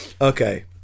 okay